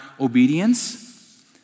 obedience